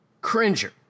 Cringer